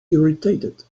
irritated